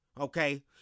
okay